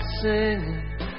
singing